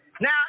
Now